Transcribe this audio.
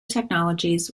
technologies